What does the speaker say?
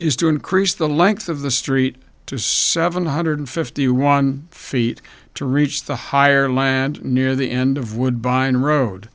is to increase the length of the street to seven hundred fifty one feet to reach the higher land near the end of woodbine road